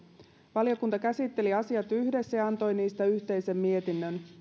valiokunta käsitteli asiat yhdessä ja antoi niistä yhteisen mietinnön